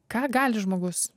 ką gali žmogus